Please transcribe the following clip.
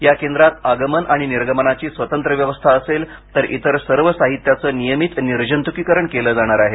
या केंद्रात आगमन आणि निर्गमनाची स्वतंत्र व्यवस्था असेल तर इतर सर्व साहित्यांची नियमित निर्जंतुकीकरण केलं जाणार आहे